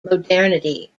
modernity